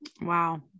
Wow